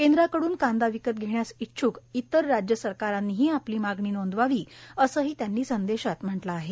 केंद्राकडून कांदा विकत घेण्यास इच्छक इतर राज्य सरकारांनीही आपली मागणी नोंदवावी असंही त्यांनी संदेषात म्हटलं आहे